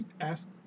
ask